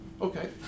Okay